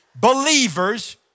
believers